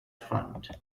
fund